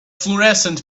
florescent